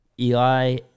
Eli